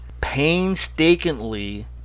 painstakingly